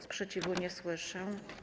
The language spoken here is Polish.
Sprzeciwu nie słyszę.